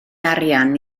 arian